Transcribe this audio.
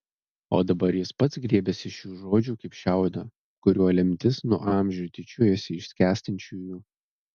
o dabar jis pats griebėsi šių žodžių kaip šiaudo kuriuo lemtis nuo amžių tyčiojasi iš skęstančiųjų